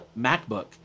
MacBook